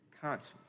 conscience